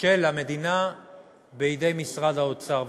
של המדינה בידי משרד האוצר.